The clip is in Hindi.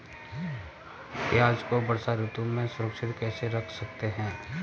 प्याज़ को वर्षा ऋतु में सुरक्षित कैसे रख सकते हैं?